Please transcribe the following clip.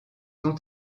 ont